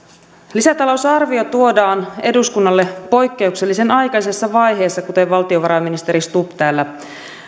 lisätalousarvio tuodaan eduskunnalle poikkeuksellisen aikaisessa vaiheessa kuten valtiovarainministeri stubb täällä